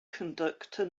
conductor